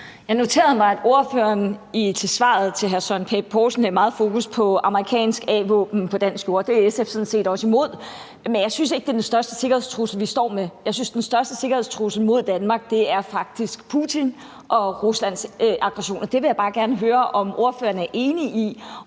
Jeg noterede mig, at fru Mai Villadsen i svaret til hr. Søren Pape Poulsen havde meget fokus på amerikanske a-våben på dansk jord. Det er SF sådan set også imod, men jeg synes ikke, det er den største sikkerhedstrussel, vi står med. Jeg synes, at den største sikkerhedstrussel mod Danmark faktisk er Putin og Ruslands aggressioner. Det vil jeg bare gerne høre om fru Mai Villadsen er enig i.